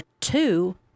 two